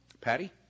Patty